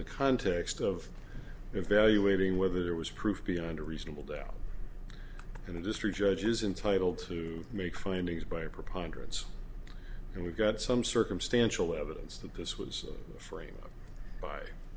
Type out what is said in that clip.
the context of evaluating whether there was proof beyond a reasonable doubt and it is true judges entitle to make findings by a preponderance and we've got some circumstantial evidence that this was framed by